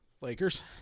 Lakers